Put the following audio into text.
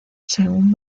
según